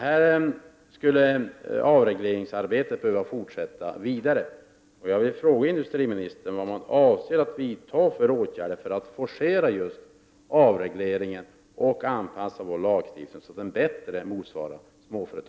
Här behöver man fortsätta att arbeta vidare med avregleringsarbetet.